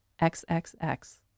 XXX